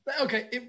Okay